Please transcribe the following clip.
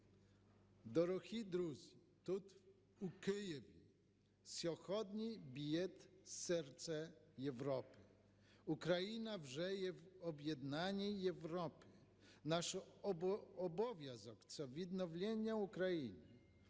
Дорозі друзі, тут, у Києві, сьогодні б'ється серце Європи. Україна уже є в об'єднаній Європі. Наш обов'язок – це відновлення України.